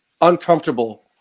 uncomfortable